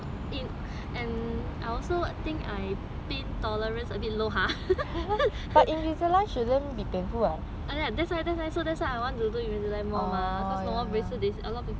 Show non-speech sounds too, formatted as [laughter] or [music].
I also think I pain tolerance a bit low !huh! [laughs] that's why that's why so that's why I wanted to do invisalign more mah cause normal braces a lot of people say more pain mah I also